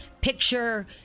picture